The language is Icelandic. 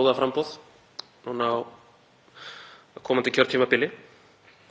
lóðaframboð sitt á komandi kjörtímabili.